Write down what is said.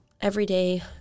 everyday